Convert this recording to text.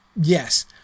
Yes